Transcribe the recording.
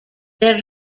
their